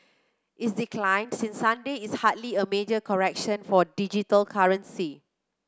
its decline since Sunday is hardly a major correction for digital currency